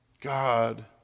God